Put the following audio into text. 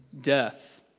death